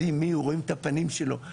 יודעים מי הוא רואים את הפנים שלו,